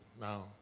now